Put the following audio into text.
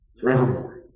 forevermore